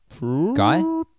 Guy